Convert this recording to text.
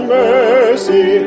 mercy